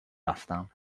رفتم